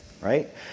right